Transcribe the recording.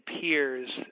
peers